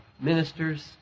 ministers